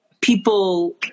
people